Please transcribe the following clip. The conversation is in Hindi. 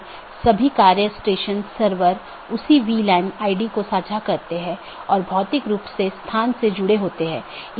BGP किसी भी ट्रान्सपोर्ट लेयर का उपयोग नहीं करता है ताकि यह निर्धारित किया जा सके कि सहकर्मी उपलब्ध नहीं हैं या नहीं